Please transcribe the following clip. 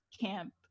camp